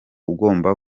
ugomba